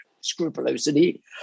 scrupulosity